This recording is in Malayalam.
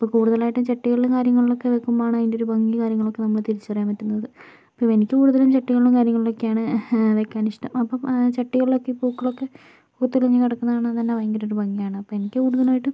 അപ്പോൾ കൂടുതലായിട്ടും ചട്ടികളിലും കാര്യങ്ങളിലൊക്കെ വെക്കുമ്പോഴാണ് അതിൻ്റെ ഒരു ഭംഗി കാര്യങ്ങളൊക്കെ നമുക്ക് തിരിച്ചറിയാൻ പറ്റുന്നത് പിന്നെ എനിക്ക് കൂടുതലും ചട്ടികളിലും കാര്യങ്ങളിലൊക്കെയാണ് വെക്കാനിഷ്ട്ടം അപ്പം ചട്ടികളൊക്കെ പൂക്കളൊക്കെ പൂത്തുലഞ്ഞ് കിടക്കുന്നത് കാണാൻ തന്നെ ഭയങ്കര ഒരു ഭംഗിയാണ് അപ്പോൾ എനിക്ക് കൂടുതലായിട്ടും